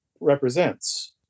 represents